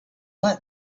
like